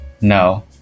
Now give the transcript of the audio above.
No